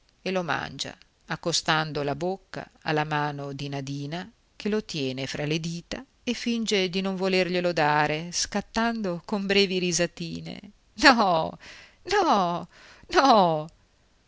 e lo mangia accostando la bocca alla mano di nadina che lo tiene tra le dita e finge di non volerglielo dare scattando con brevi risatine no no no